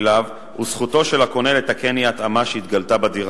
אליו הוא זכותו של הקונה לתקן אי-התאמה שהתגלתה בדירה.